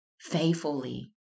faithfully